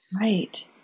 right